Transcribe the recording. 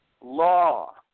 law